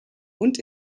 und